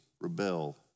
rebel